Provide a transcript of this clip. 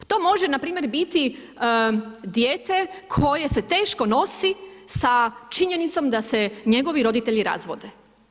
To može npr. biti dijete koje se teško nosi sa činjenicom da se njegovi roditelji razvode.